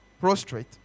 prostrate